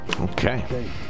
Okay